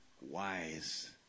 wise